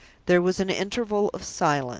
there was an interval of silence.